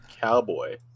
Cowboy